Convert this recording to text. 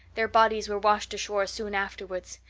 their bodies were washed ashore soon afterwards.